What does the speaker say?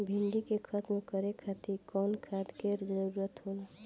डिभी के खत्म करे खातीर कउन खाद के जरूरत होला?